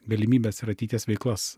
galimybes ir ateities veiklas